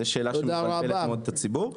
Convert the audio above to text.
זו שאלה שמעסיקה את הציבור.